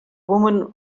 woman